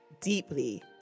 deeply